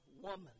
woman